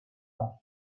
off